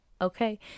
Okay